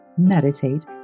meditate